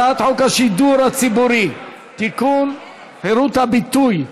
הצעת חוק השידור הציבורי (תיקון, חירות הביטוי),